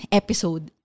episode